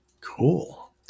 Cool